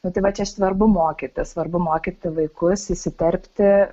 nu tai va čia svarbu mokyti svarbu mokyti vaikus įsiterpti